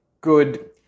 good